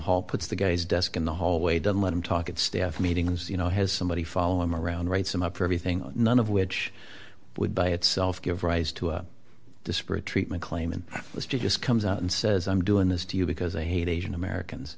hall puts the guy's desk in the hallway doesn't let him talk at staff meetings you know has somebody follow him around writes him up for everything none of which would by itself give rise to a disparate treatment claim and was just comes out and says i'm doing this to you because i hate asian americans